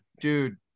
dude